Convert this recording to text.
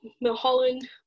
Milholland